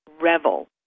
REVEL